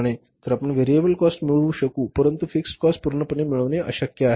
तर आपण variable cost मिळवू शकू परंतु फिक्स्ड कॉस्ट पूर्णपणे मिळवणे अशक्य आहे